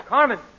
Carmen